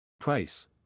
Price